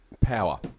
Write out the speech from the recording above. power